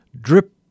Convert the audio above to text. drip